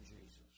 Jesus